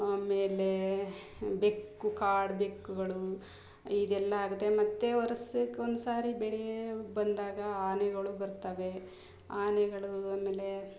ಆಮೇಲೆ ಬೆಕ್ಕು ಕಾಡುಬೆಕ್ಕುಗಳು ಇದೆಲ್ಲ ಆಗುತ್ತೆ ಮತ್ತು ವರ್ಷಕ್ ಒಂದುಸಾರಿ ಬೆಳೆ ಬಂದಾಗ ಆನೆಗಳು ಬರ್ತವೆ ಆನೆಗಳು ಆಮೇಲೆ